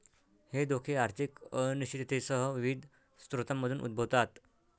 हे धोके आर्थिक अनिश्चिततेसह विविध स्रोतांमधून उद्भवतात